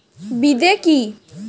বিদে কি?